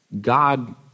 God